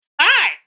Hi